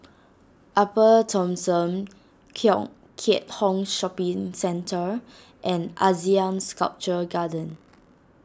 Upper Thomson Kong Keat Hong Shopping Centre and Asean Sculpture Garden